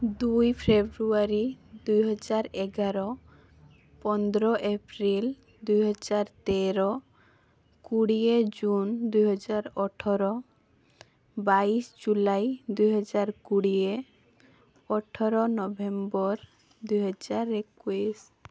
ଦୁଇ ଫେବୃୟାରୀ ଦୁଇହଜାର ଏଗାର ପନ୍ଦର ଏପ୍ରିଲ ଦୁଇହଜାର ତେର କୋଡ଼ିଏ ଜୁନ ଦୁଇହଜାର ଅଠର ବାଇଶି ଜୁଲାଇ ଦୁଇହଜାର କୋଡ଼ିଏ ଅଠର ନଭେମ୍ବର ଦୁଇହଜାର ଏକୋଇଶି